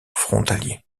frontalier